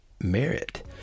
merit